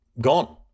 gone